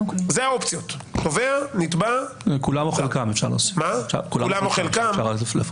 זה האופציות: תובע, נתבע -- כן, כולם או חלקם.